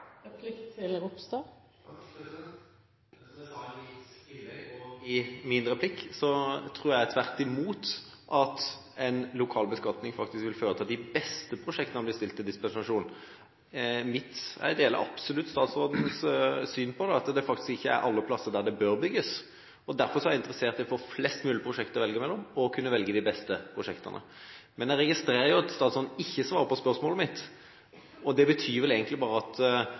jeg sa i mitt innlegg og i min replikk, tror jeg tvert imot at en lokal beskatning faktisk vil føre til at de beste arealene blir stilt til disposisjon. Jeg deler absolutt statsrådens syn på det, at det faktisk ikke er alle plasser der det bør bygges. Derfor er jeg interessert i å få flest mulig prosjekter å velge mellom, og å kunne velge de beste prosjektene. Jeg registrerer at statsråden ikke svarer på spørsmålet mitt. Det betyr vel egentlig bare at han satser på at det blir realisert nok prosjekter, selv om han selv sier at